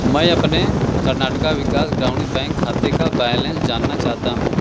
मैं अपने कर्नाटका विकास ग्रामीण बैंक खाते का बैलेंस जानना चाहता हूँ